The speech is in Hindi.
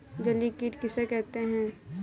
जलीय कीट किसे कहते हैं?